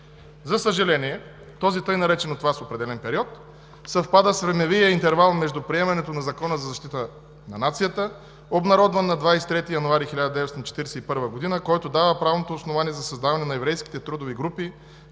За съжаление, този тъй наречен от Вас определен период съвпада с времевия интервал между приемането на Закона за защита на нацията, обнародван на 23 януари 1941 г., който дава правното основание за създаване на еврейските трудови групи,